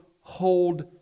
hold